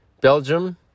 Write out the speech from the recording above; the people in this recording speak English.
Belgium